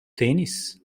tênis